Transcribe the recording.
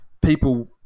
people